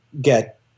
get